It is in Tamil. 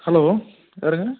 ஹலோ யாருங்க